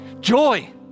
joy